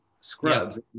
scrubs